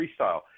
freestyle